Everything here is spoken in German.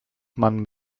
man